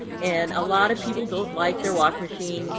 and a lot of people don't like their washing machine